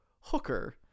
hooker